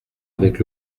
avec